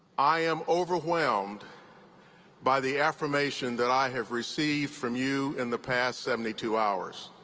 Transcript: i am overwhelmed by the affirmation that i have received from you in the past seventy two hours.